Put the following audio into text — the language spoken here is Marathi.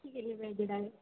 किती केली पाहिजे डायेट